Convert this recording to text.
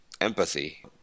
empathy